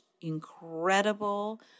incredible